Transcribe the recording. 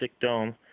dome